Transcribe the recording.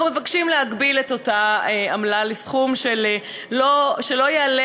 אנחנו מבקשים להגביל את אותה עמלה לסכום שלא יעלה